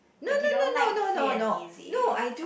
like you don't like free and easy